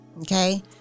Okay